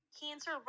cancer